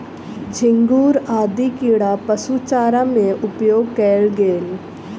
झींगुर आदि कीड़ा पशु चारा में उपयोग कएल गेल